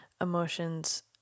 emotions